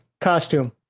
costume